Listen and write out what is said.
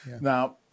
Now